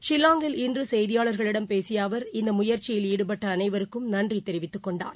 ஷில்லாங்கில் இன்றுசெய்தியாளர்களிடம் பேசியஅவர் இந்தமுயற்சியில் ஈடுபட்டஅனைவருக்கும் நன்றிதெரிவித்துக் கொண்டார்